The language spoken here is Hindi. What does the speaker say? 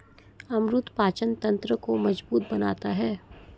अमरूद पाचन तंत्र को मजबूत बनाता है